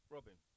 Robin